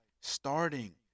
starting